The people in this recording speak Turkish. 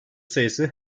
sayısı